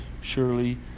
surely